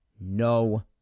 no